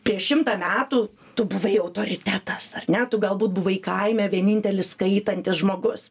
prieš šimtą metų tu buvai autoritetas ar ne tu galbūt buvai kaime vienintelis skaitantis žmogus